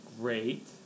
great